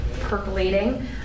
percolating